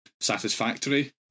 satisfactory